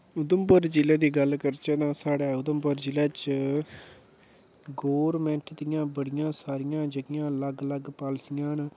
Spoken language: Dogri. उधमपुर जि'ले दी गल्ल करचै तां साढ़े उधमपुर जि'ले च गोरमेंट दियां बाड़ियां सारियां जेह्कियां अलग अलग पालिसियां न